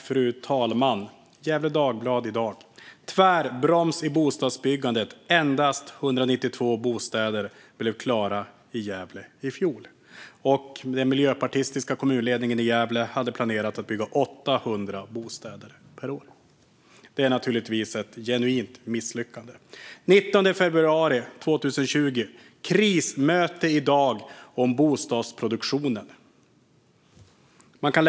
Fru talman! Gefle Dagblad i dag: "Tvärbroms i bostadsbyggandet - endast 192 bostäder blev klara i Gävle i fjol". Den miljöpartistiska kommunledningen i Gävle hade planerat att bygga 800 bostäder per år. Det är naturligtvis ett genuint misslyckande. Den 19 februari 2020: "Krismöte idag om raset i bostadsproduktionen".